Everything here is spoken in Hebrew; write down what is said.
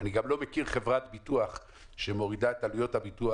אני מצפה שהמשרד יבוא לפה עם איזה שהוא פתרון לכשל הזה.